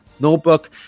Notebook